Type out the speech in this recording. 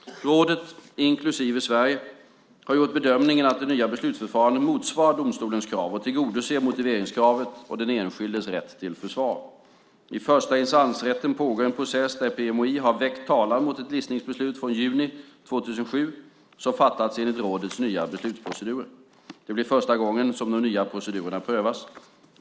Rådet, inklusive Sverige, har gjort bedömningen att det nya beslutsförfarandet motsvarar domstolens krav och tillgodoser motiveringskravet och den enskildes rätt till försvar. I förstainstansrätten pågår en process där PMOI har väckt talan mot ett listningsbeslut från juni 2007 som fattats enligt rådets nya beslutsprocedurer. Det blir första gången som de nya procedurerna prövas.